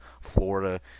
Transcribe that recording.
Florida